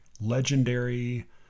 legendary